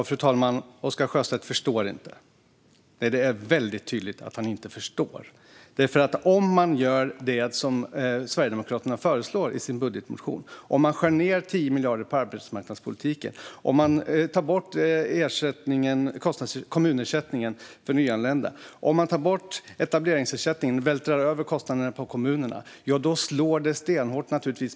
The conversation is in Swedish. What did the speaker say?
Fru talman! Det är väldigt tydligt att Oscar Sjöstedt inte förstår att det naturligtvis slår stenhårt mot kommunsektorn om man gör det som Sverigedemokraterna föreslår i sin budgetmotion och skär ned 10 miljarder på arbetsmarknaden, tar bort kommunersättningen för nyanlända och tar bort etableringsersättningen och vältrar över kostnaderna på kommunerna.